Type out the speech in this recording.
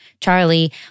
Charlie